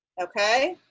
ok.